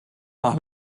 par